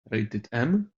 rated